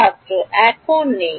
ছাত্র এখন নেই